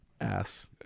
Ass